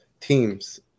teams